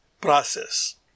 process